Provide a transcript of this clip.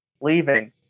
leaving